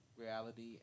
reality